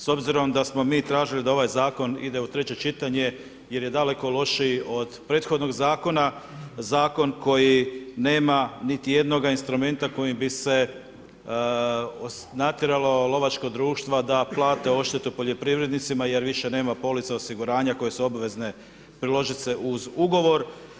S obzirom da smo mi tražili da ovaj zakon ide u treće čitanje, jer je daleko lošiji od prethodnog zakona, zakon koji nema niti jednoga instrumenta kojim bi se natjeralo lovačka društva da plate odštetu poljoprivrednicima, jer više nema police osiguranja koje su obvezne priložiti se uz ugovor.